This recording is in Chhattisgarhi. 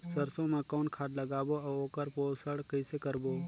सरसो मा कौन खाद लगाबो अउ ओकर पोषण कइसे करबो?